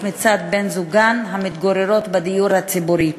מצד בני-זוגן המתגוררות בדיור הציבורי.